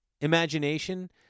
imagination